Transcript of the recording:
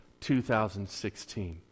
2016